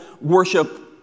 worship